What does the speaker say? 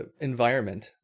environment